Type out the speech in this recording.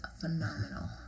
phenomenal